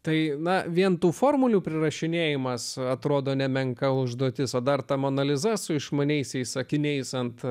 tai na vien tų formulių prirašinėjimas atrodo nemenka užduotis o dar tam analizuoja su išmaniaisiais akiniais ant